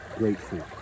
grateful